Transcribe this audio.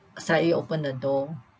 slightly open the door